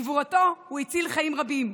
בגבורתו הוא הציל חיים רבים.